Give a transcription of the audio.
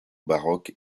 baroque